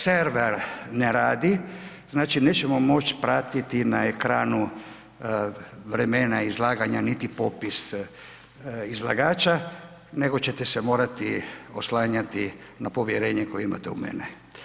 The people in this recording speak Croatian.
Server ne radi, znači nećemo moći pratiti na ekranu vremena izlaganja niti popis izlagača, nego ćete se morati oslanjati na povjerenje koje imate u mene.